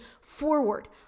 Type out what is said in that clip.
forward